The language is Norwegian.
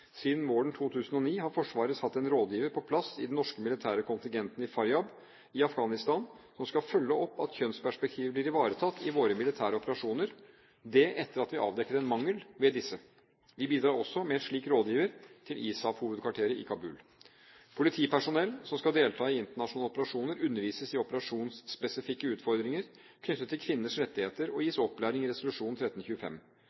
Siden våren 2009 har Forsvaret hatt en rådgiver på plass i den norske militære kontingenten i Faryab i Afghanistan som skal følge opp at kjønnsperspektivet blir ivaretatt i våre militære operasjoner – det etter at vi avdekket en mangel ved disse. Vi bidrar også med en slik rådgiver til ISAF-hovedkvarteret i Kabul. Politipersonell som skal delta i internasjonale operasjoner, undervises i operasjonsspesifikke utfordringer knyttet til kvinners rettigheter og